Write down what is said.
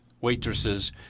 waitresses